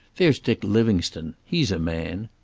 there's dick livingstone. he's a man.